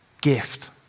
gift